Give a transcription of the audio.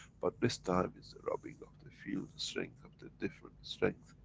but this time, is the rubbing of the field-strength of the different strength,